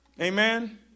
Amen